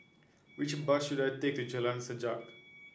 which bus should I take Jalan Sajak